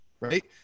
right